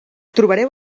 trobareu